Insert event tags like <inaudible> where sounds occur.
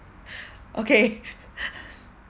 okay <laughs>